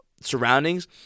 surroundings